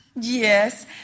Yes